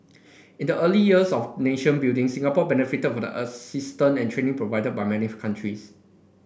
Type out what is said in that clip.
in the early years of nation building Singapore benefited of a assistance and training provided by many countries